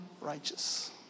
righteous